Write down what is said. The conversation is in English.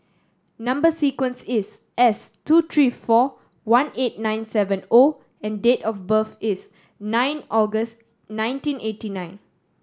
number sequence is S two three four one eight nine seven O and date of birth is nine August nineteen eighty nine